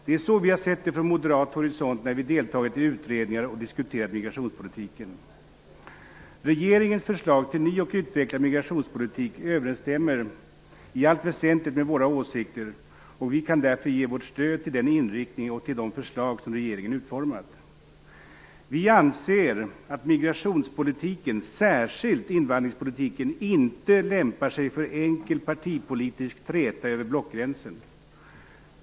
Det är så vi har sett det från moderat horisont när vi deltagit i utredningar och diskuterat migrationspolitiken. Regeringens förslag till ny och utvecklad migrationspolitik överensstämmer i allt väsentligt med våra åsikter, och vi kan därför ge vårt stöd till den inriktning och till de förslag som regeringen utformat. Vi anser att migrationspolitiken, särskilt invandringspolitiken, inte lämpar sig för enkel partipolitisk träta över blockgränsen.